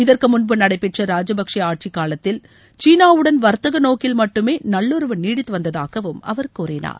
இதற்கு முன்பு நடைபெற்ற ராஜபக்சே ஆட்சி காலத்தில் சீனாவுடன் வர்த்தக நோக்கில் மட்டுமே நல்லுறவு நீடித்து வந்ததாகவும் அவர் கூறினார்